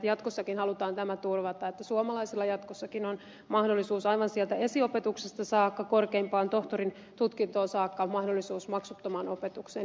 jatkossakin halutaan tämä turvata että suomalaisilla on mahdollisuus aivan sieltä esiopetuksesta saakka korkeimpaan tohtorin tutkintoon saakka maksuttomaan opetukseen